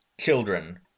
children